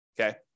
okay